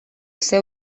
seu